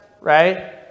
right